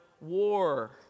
war